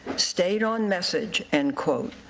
stayed on message, end quote.